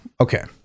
okay